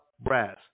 brass